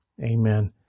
amen